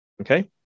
Okay